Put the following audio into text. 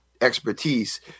expertise